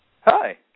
Hi